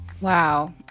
Wow